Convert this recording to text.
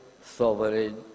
sovereign